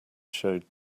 showed